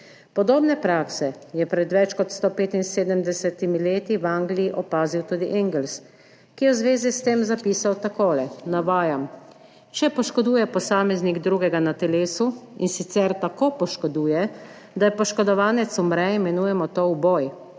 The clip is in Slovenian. Podobne prakse je pred več kot 175 leti v Angliji opazil tudi Engels, ki je v zvezi s tem zapisal takole, navajam: »Če poškoduje posameznik drugega na telesu, in sicer tako poškoduje, da poškodovanec umre, imenujemo to uboj.